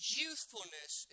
youthfulness